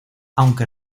aunque